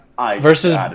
versus